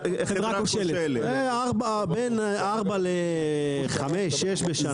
קודם כל גם בגלל סיבה שיש ועדה,